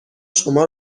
شما